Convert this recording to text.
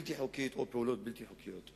בלתי חוקית או פעולות בלתי חוקיות.